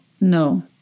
no